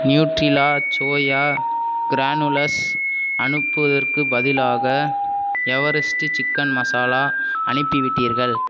Nutrela soya granules அனுப்புவதற்குப் பதிலாக Everest chicken masala அனுப்பிவிட்டீர்கள்